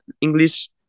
English